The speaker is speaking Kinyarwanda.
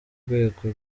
rwego